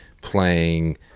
playing